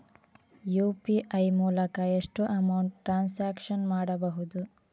UPI ಮೂಲಕ ಎಷ್ಟು amount transaction ಮಾಡಬಹುದು?